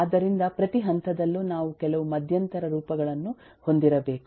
ಆದ್ದರಿಂದ ಪ್ರತಿ ಹಂತದಲ್ಲೂ ನಾವು ಕೆಲವು ಮಧ್ಯಂತರ ರೂಪಗಳನ್ನು ಹೊಂದಿರಬೇಕು